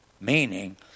Meaning